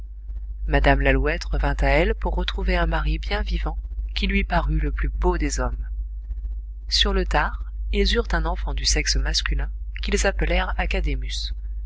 mme lalouette revint à elle pour retrouver un mari bien vivant qui lui parut le plus beau des hommes sur le tard ils eurent un enfant du sexe masculin qu'ils appelèrent académus